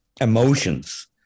emotions